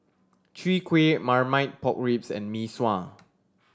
Chwee Kueh Marmite Pork Ribs and Mee Sua